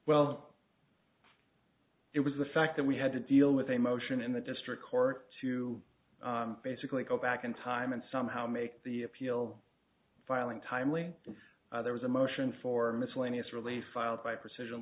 well it was the fact that we had to deal with a motion in the district court to basically go back in time and somehow make the appeal filing timely and there was a motion for miscellaneous relief filed by persuasion